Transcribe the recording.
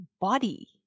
body